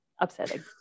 Upsetting